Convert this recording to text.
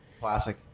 classic